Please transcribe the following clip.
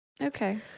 Okay